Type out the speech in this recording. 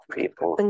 people